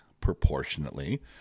proportionately